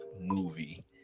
movie